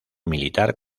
militar